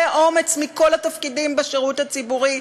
אומץ מכל התפקידים בשירות הציבורי?